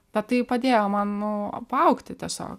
bet tai padėjo man nu paaugti tiesiog